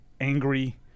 angry